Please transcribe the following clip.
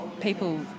people